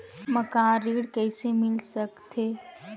मकान ऋण कइसे मिल सकथे?